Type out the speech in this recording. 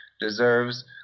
deserves